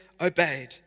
obeyed